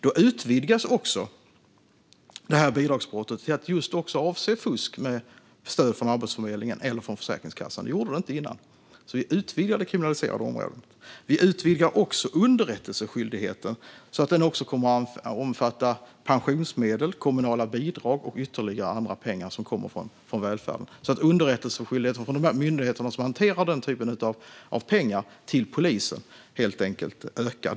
Då utvidgas också bidragsbrottet till att också avse fusk med stöd från Arbetsförmedlingen eller Försäkringskassan. Det gjorde det inte innan. Vi utvidgar alltså det kriminaliserade området. Vi utvidgar också underrättelseskyldigheten så att den också kommer att omfatta pensionsmedel, kommunala bidrag och ytterligare andra pengar som kommer från välfärden. Underrättelseskyldigheten från myndigheterna som hanterar den här typen av pengar till polisen ökar.